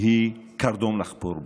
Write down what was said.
היא קרדום לחפור בו.